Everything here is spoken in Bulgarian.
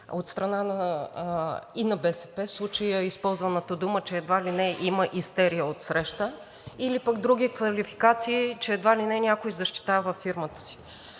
от страна и на БСП, в случая използваната дума, че едва ли не има и истерия отсреща, или пък други квалификации, че едва ли не някой защитава фирмата си.